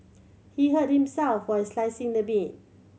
he hurt himself while slicing the meat